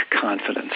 confidence